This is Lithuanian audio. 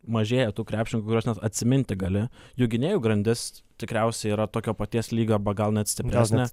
mažėja tų krepšininkų kuriuos net atsiminti gali jų gynėjų grandis tikriausiai yra tokio paties lygio arba gal net stipresni